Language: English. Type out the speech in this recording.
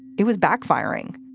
it was backfiring